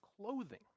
clothing